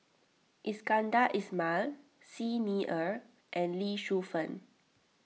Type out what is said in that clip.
Iskandar Ismail Xi Ni Er and Lee Shu Fen